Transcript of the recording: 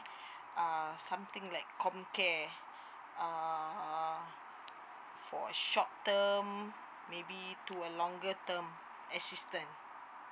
uh something like comcare err for short term maybe to a longer term assistance